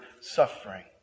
suffering